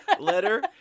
letter